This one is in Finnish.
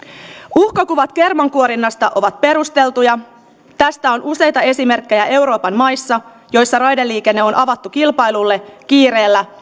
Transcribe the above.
uhkakuvat kermankuorinnasta ovat perusteltuja tästä on useita esimerkkejä euroopan maissa joissa raideliikenne on avattu kilpailulle kiireellä